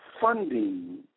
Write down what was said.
funding